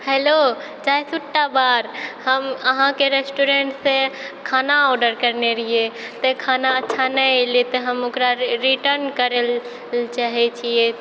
hello Chai Sutta bar हम अहाँके रेस्टूरेन्टसँ खाना ऑडर करने रहिए तऽ खाना अच्छा नहि अएलै तेँ हम ओकरा रिटर्न करैलए चाहै छिए